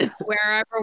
wherever